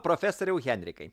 profesoriau henrikai